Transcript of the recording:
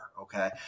Okay